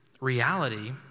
reality